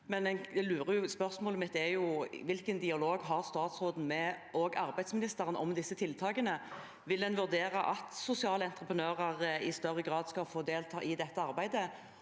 spørsmålet mitt er: Hvilken dialog har statsråden og arbeidsministeren om disse tiltakene? Vil en vurdere at sosiale entreprenører i større grad skal få delta i dette arbeidet?